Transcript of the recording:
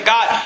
God